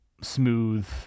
smooth